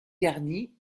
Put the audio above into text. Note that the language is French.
garni